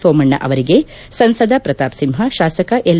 ಸೋಮಣ್ಣ ಅವರಿಗೆ ಸಂಸದ ಪ್ರತಾಪ್ ಸಿಂಹ ಶಾಸಕ ಎಲ್